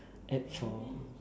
apt for